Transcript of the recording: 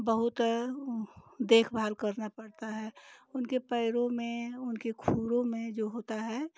बहुत देखभाल करना पड़ता है उनके पैरो में उनके खुरो में जो होता है